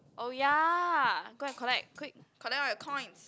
oh ya go and collect quick collect all your coins